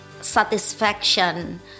satisfaction